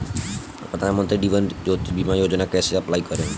प्रधानमंत्री जीवन ज्योति बीमा योजना कैसे अप्लाई करेम?